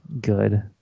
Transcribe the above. good